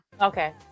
Okay